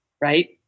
right